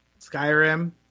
Skyrim